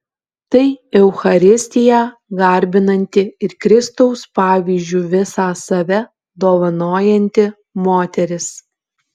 tai eucharistiją garbinanti ir kristaus pavyzdžiu visą save dovanojanti moteris